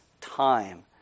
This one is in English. time